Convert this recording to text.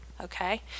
okay